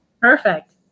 Perfect